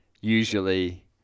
usually